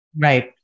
Right